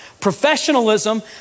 professionalism